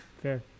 fair